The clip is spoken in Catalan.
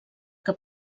que